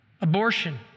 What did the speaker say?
abortion